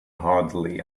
hardly